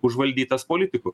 užvaldytas politikų